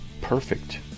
perfect